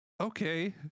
okay